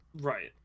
Right